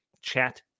chat